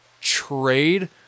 trade